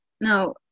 Now